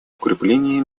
укреплении